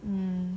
mm